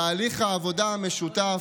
תהליך העבודה המשותף,